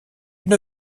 une